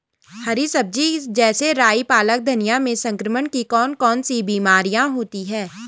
हरी सब्जी जैसे राई पालक धनिया में संक्रमण की कौन कौन सी बीमारियां होती हैं?